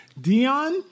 Dion